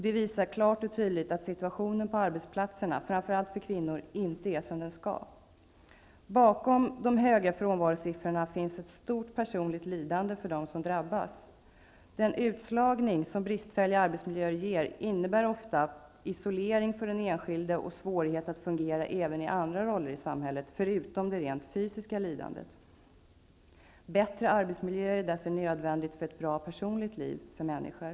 Det visar klart och tydligt att situationen på arbetsplatserna, framför allt för kvinnor, inte är som den skall vara. Bakom de höga frånvarosiffrorna finns ett stort personligt lidande för den som drabbas. Den utslagning som bristfälliga arbetsmiljöer ger innebär ofta isolering för den enskilde och svårighet att fungera även i andra roller, förutom det rent fysiska lidandet. Att åstadkomma bättre arbetsmiljöer är därför nödvändigt för ett bra personligt liv för människor.